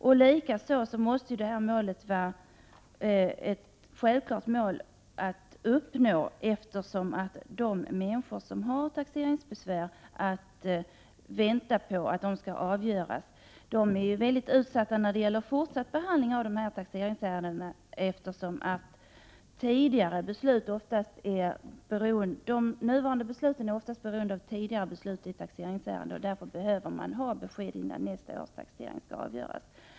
Detta mål måste dessutom vara självklart att uppnå, eftersom de människor som väntar på att deras taxeringsmål skall avgöras är mycket utsatta när det gäller fortsatt behandling av deras taxering. De nya besluten är ofta beroende av tidigare beslut i taxeringsärenden. Därför behöver man ha besked innan nästa års taxering skall avgöras.